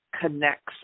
connects